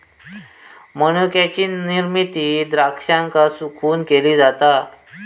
मनुक्याची निर्मिती द्राक्षांका सुकवून केली जाता